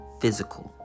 physical